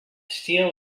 steal